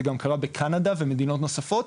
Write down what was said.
זה גם קרה בקנדה ומדינות נוספות.